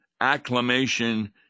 acclamation